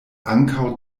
ankaŭ